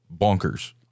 bonkers